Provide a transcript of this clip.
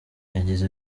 yagize